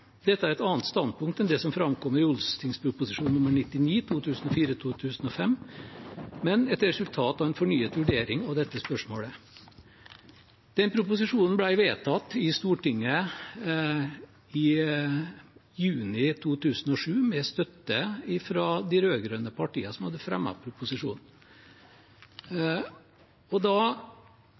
Dette er et annet standpunkt enn det som framkommer i ot.prp. nr. 99 , men er et resultat av en fornyet vurdering av dette spørsmålet.» Den proposisjonen ble vedtatt i Stortinget i juni 2007 med støtte fra de rød-grønne partiene, som hadde lagt fram proposisjonen. Da